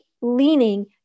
leaning